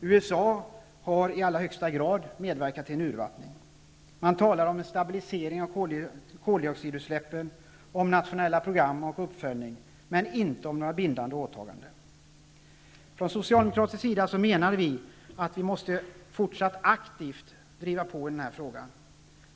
USA har i allra högsta grad medverkat till en urvattning. Man talar om en stabilisering av koldioxidutsläppen, om nationella program och om uppföljning men inte om några bindande åtaganden. Från socialdemokratisk sida menar vi att vi måste fortsätta att aktivt driva på i den här frågan.